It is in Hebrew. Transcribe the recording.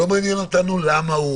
לא מעניין אותנו למה,